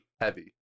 heavy